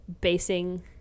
basing